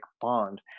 bond